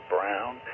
Brown